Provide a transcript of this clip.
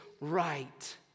right